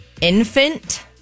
infant